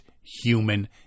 human